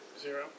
Zero